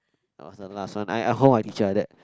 I was the last one I I hold my teacher like that